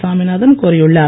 சாமிநாதன் கோரியுள்ளார்